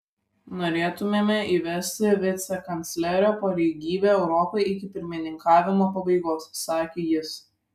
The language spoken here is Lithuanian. norėtumėme įvesti vicekanclerio pareigybę europai iki pirmininkavimo pabaigos sakė jis